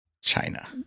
China